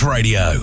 Radio